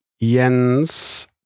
Jens